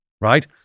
right